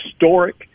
historic